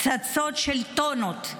פצצות של טונות,